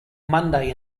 monday